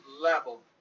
level